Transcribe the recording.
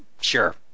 sure